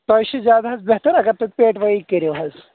تۄہہِ چھُو زیادٕ حظ بہتر اگر تُہۍ پیٹہٕ وای کٔرِو حظ